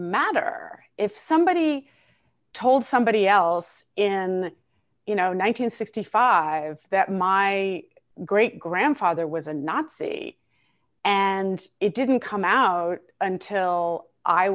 matter if somebody told somebody else in you know nine hundred and sixty five that my great grandfather was a nazi and it didn't come out until i